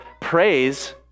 praise